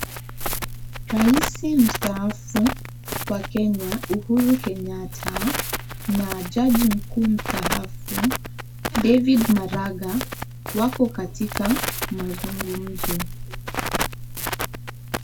Raisi mstaafu, wa Kenya, Uhuru Kenyatta na jaji mkuu mstaafu, David Maraga, wako katika mazungumzo.